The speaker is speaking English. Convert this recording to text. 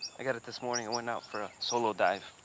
i got it this morning. i went out for a solo dive.